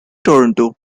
toronto